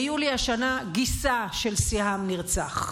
ביולי השנה גיסה של סיהאם נרצח.